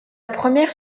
première